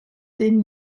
den